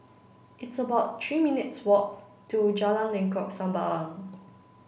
it's about three minutes' walk to Jalan Lengkok Sembawang